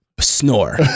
snore